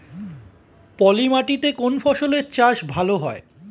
পলি মাটিতে কোন ফসলের চাষ ভালো হয়?